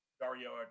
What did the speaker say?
Dario